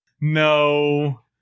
No